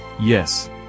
yes